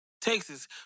Texas